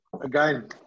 Again